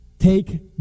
take